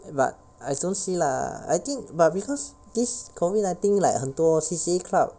but I don't see lah I think but because this COVID nineteen like 很多 C_C_A club